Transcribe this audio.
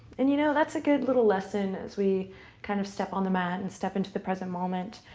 and, you know, that's a good little lesson as we kind of step on the mat, and step into the present moment,